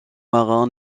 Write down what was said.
marins